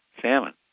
salmon